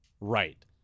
right